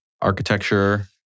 Architecture